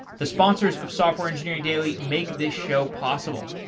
the sponsors of software engineering daily make this show possible,